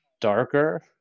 darker